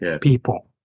people